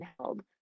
held